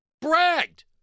bragged